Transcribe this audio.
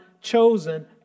chosen